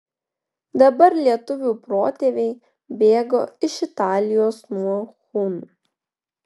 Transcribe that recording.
dabar lietuvių protėviai bėgo iš italijos nuo hunų